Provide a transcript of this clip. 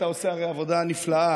אתה עושה הרי עבודה נפלאה,